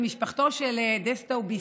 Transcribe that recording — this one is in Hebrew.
אצל משפחתו של דסטאו ביסט.